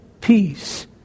peace